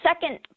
second